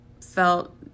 felt